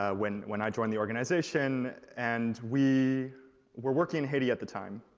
ah when when i joined the organization and we were working in haiti at the time.